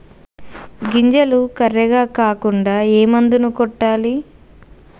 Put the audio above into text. గింజలు కర్రెగ కాకుండా ఏ మందును కొట్టాలి?